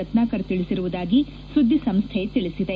ರತ್ನಾಕರ್ ತಿಳಿಸಿರುವುದಾಗಿ ಸುದ್ದಿಸಂಸ್ಟೆ ತಿಳಿಸಿದೆ